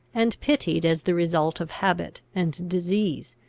and pitied as the result of habit and disease,